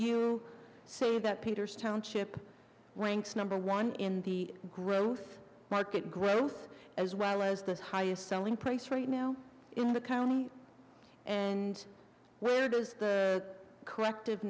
you say that peter's township ranks number one in the growth market growth as well as the highest selling price right now in the county and where does the corrective